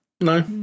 No